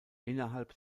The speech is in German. innerhalb